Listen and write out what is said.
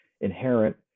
inherent